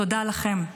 תודה לכם.